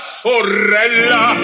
sorella